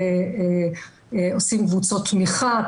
עושים קבוצות תמיכה,